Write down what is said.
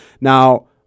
Now